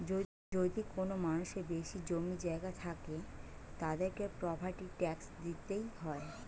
যদি কোনো মানুষের বেশি জমি জায়গা থাকে, তাদেরকে প্রপার্টি ট্যাক্স দিইতে হয়